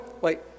wait